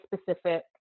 specific